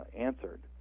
answered